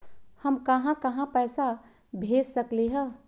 हम कहां कहां पैसा भेज सकली ह?